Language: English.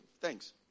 Thanks